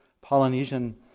Polynesian